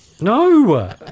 No